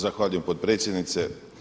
Zahvaljujem potpredsjednice.